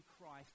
Christ